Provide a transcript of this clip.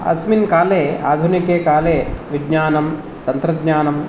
अस्मिन् काले आधुनिके काले विज्ञानं तन्त्रज्ञानं